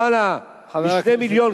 למעלה מ-2 מיליון,